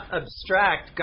abstract